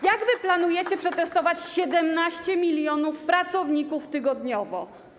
Jak wy planujecie przetestować 17 mln pracowników tygodniowo?